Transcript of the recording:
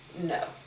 No